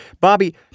Bobby